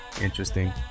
interesting